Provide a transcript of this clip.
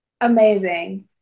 amazing